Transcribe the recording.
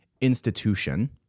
institution